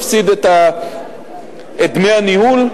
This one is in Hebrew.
מפסיד את דמי הניהול,